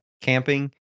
camping